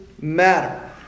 matter